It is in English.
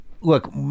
Look